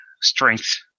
strength